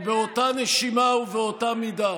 אבל באותה נשימה ובאותה מידה